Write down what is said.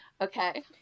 Okay